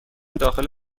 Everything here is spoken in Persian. داخل